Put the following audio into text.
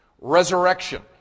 resurrection